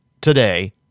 today